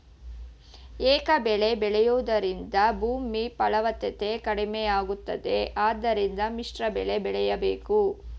ಏಕಬೆಳೆ ಬೆಳೆಯೂದರಿಂದ ಭೂಮಿ ಫಲವತ್ತತೆ ಕಡಿಮೆಯಾಗುತ್ತದೆ ಆದ್ದರಿಂದ ಮಿಶ್ರಬೆಳೆ ಬೆಳೆಯಬೇಕು